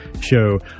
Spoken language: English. show